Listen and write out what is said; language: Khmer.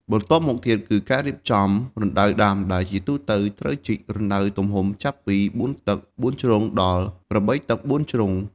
បន្ទាប់មកទៀតគឺជាការរៀបចំរណ្តៅដាំ ដែលជាទូទៅត្រូវជីករណ្ដៅទំហំចាប់ពី ៤ តឹកបួនជ្រុងដល់ ៨ តឹកបួនជ្រុង។